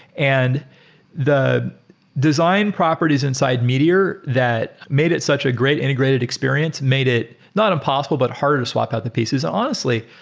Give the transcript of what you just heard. and the design properties inside meteor that made it such a great integrated experience made it not impossible but harder to swap out the pieces. honestly,